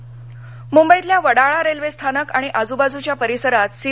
कॅमेरे मुंबईतल्या वडाळा रेल्वेस्थानक आणि आजूबाजूच्या परिसरात सी